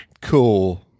Cool